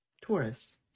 Taurus